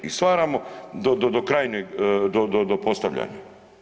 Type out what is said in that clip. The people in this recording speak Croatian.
I stvaramo do krajnje, do postavljanja.